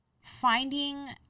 finding